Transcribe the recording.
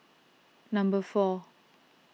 number four